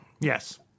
yes